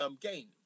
gain